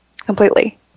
completely